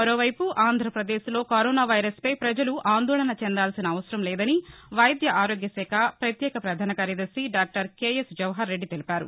మరోవైపు ఆంధ్ర పదేశ్లో corona virus పై పజలు ఆందోళన చెందవలసిన అవసరం లేదని వైద్య ఆరోగ్య శాఖ పత్యేక పధాన కార్యదర్శి doctor K S Jawahar Reddy తెలిపారు